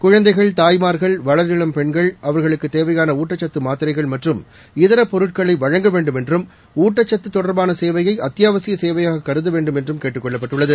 குழந்தைகள் தாய்மார்கள் வளரிளம் பெண்கள் அவர்களுக்கு தேவையான ஊட்டச்சத்து மாத்திரைகள் மற்றும் இதரப் பொருட்களை வழங்க வேண்டும் என்றும் ஊட்டச்சத்து தொடர்பான சேவையை அத்தியாவசிய சேவையாக கருதவேண்டும் என்றும் கேட்டுக் கொள்ளப்பட்டுள்ளது